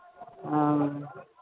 हाँ